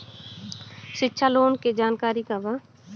शिक्षा लोन के जानकारी का बा?